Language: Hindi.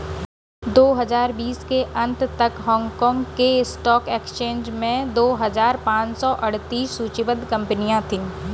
दो हजार बीस के अंत तक हांगकांग के स्टॉक एक्सचेंज में दो हजार पाँच सौ अड़तीस सूचीबद्ध कंपनियां थीं